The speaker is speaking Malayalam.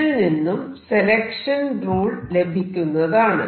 ഇതിൽ നിന്നും സെലക്ഷൻ റൂൾ ലഭിക്കുന്നതാണ്